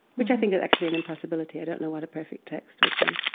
which i think is actually an impossibility. i don't know what a perfect text would be